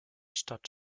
stadt